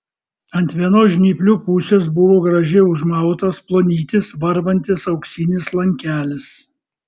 ant vienos žnyplių pusės buvo gražiai užmautas plonytis varvantis auksinis lankelis